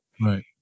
Right